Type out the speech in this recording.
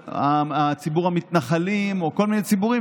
ציבור המתנחלים או כל מיני ציבורים